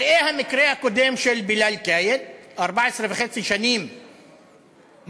ראה המקרה הקודם של בילאל קאיד: 14.5 שנים מאסר,